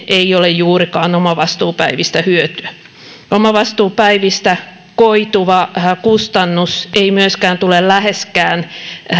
ei ole juurikaan omavastuupäivistä hyötyä omavastuupäivistä koituva kustannus ei myöskään tule olemaan läheskään